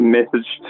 message